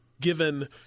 given